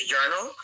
Journal